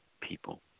people